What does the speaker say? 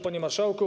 Panie Marszałku!